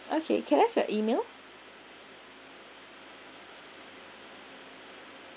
okay can I have your email